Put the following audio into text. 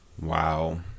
Wow